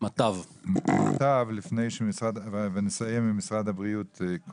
ל-׳מטב׳ ונסיים עם משרד הבריאות.